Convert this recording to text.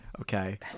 okay